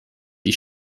die